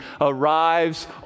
arrives